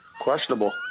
questionable